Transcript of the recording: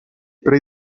pre